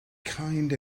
kind